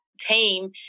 team